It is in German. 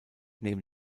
neben